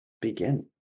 begin